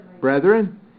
brethren